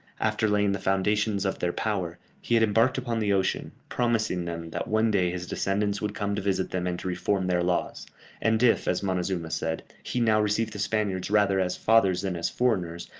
after laying the foundations of their power, he had embarked upon the ocean, promising them that one day his descendants would come to visit them and to reform their laws and if, as montezuma said, he now received the spaniards rather as fathers than as foreigners,